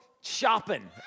shopping